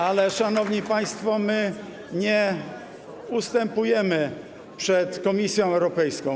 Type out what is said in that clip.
Ale, szanowni państwo, my nie ustępujemy przed Komisją Europejską.